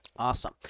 Awesome